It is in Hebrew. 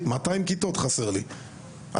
200 כיתות היו חסרות לי אז.